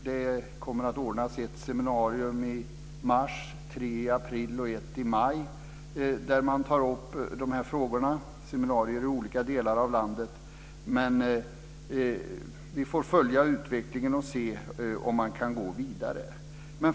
Det kommer att ordnas seminarier i olika delar av landet - ett i mars, tre i april och ett i maj - där man tar upp de här frågorna. Vi får följa utvecklingen och se om man kan gå vidare.